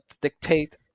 dictate